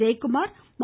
ஜெயக்குமார் மா